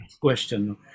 question